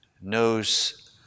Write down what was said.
knows